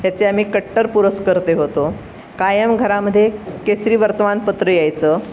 ह्याचे आम्ही कट्टर पुरस्कर्ते होतो कायम घरामध्ये केसरी वर्तमानपत्र यायचं